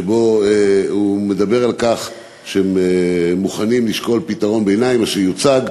שבו הוא מדבר על כך שהם מוכנים לשקול פתרון ביניים שיוצג,